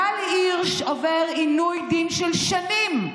גל הירש עובר עינוי דין של שנים.